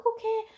okay